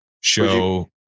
show